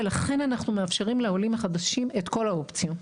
ולכן אנחנו מאפשרים לעולים החדשים את כל האופציות.